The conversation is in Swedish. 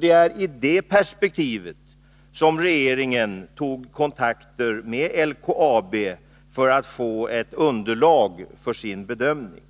Det är i det perspektivet som regeringen har tagit kontakt med LKAB för att få ett underlag för sin bedömning.